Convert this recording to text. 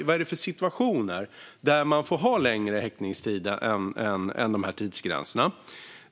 Vad är det för situationer där man får ha längre häktningstider än tidsgränserna?